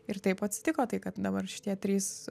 ir taip atsitiko tai kad dabar šitie trys